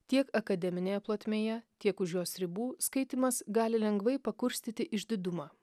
tiek akademinėje plotmėje tiek už jos ribų skaitymas gali lengvai pakurstyti išdidumą